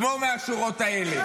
כמו מהשורות האלה.